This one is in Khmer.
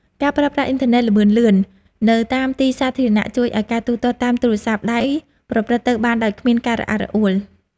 ការប្រើប្រាស់អ៊ីនធឺណិតល្បឿនលឿននៅតាមទីសាធារណៈជួយឱ្យការទូទាត់តាមទូរស័ព្ទដៃប្រព្រឹត្តទៅបានដោយគ្មានការរអាក់រអួល។